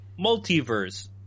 multiverse